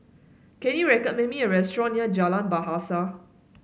can you recommend me a restaurant near Jalan Bahasa